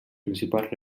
principals